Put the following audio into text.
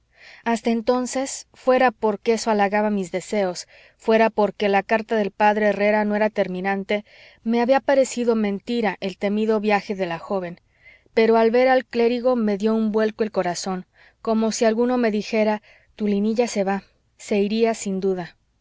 hasta entonces fuera porque eso halagaba mis deseos fuera porque la carta del p herrera no era terminante me había parecido mentira el temido viaje de la joven pero al ver al clérigo me dio un vuelco el corazón como si alguno me dijera tu linilla se va se iría sin duda